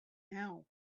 now